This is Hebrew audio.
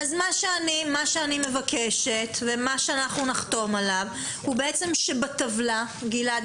אז אני מבקשת ומה שנחתום עליו הוא שבטבלה גלעד,